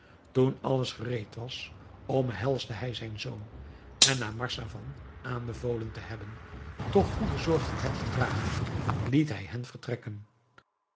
toen alles gereed was omhelsde hij zijn zoon en na marzavan aanbevolen te hebben toch goede zorg voor hem te dragen liet hij hen vertrekken